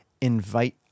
invite